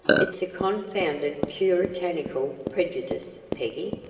it's a confounded puritanical prejudice, peggy,